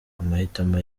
amahitamo